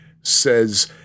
says